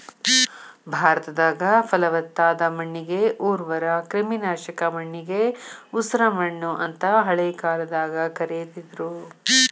ಭಾರತದಾಗ, ಪಲವತ್ತಾದ ಮಣ್ಣಿಗೆ ಉರ್ವರ, ಕ್ರಿಮಿನಾಶಕ ಮಣ್ಣಿಗೆ ಉಸರಮಣ್ಣು ಅಂತ ಹಳೆ ಕಾಲದಾಗ ಕರೇತಿದ್ರು